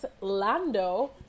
Lando